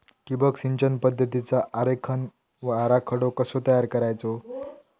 ठिबक सिंचन पद्धतीचा आरेखन व आराखडो कसो तयार करायचो?